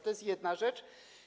To jest jedna rzecz.